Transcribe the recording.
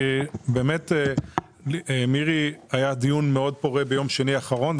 היה דיון מאוד פורה עם מירי ביום שני האחרון,